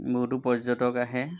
বহুতো পৰ্যটক আহে